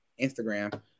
instagram